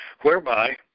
whereby